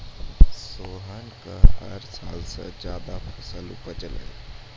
सोहन कॅ हर साल स ज्यादा फसल उपजलै